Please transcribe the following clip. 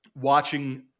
watching